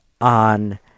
on